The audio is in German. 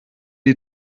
die